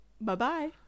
Bye-bye